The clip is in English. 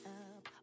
up